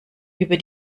über